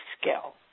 skill